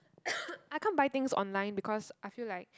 I can't buy things online because I feel like